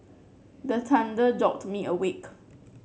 the thunder jolt me awake